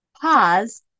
pause